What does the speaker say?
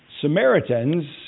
Samaritans